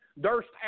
durst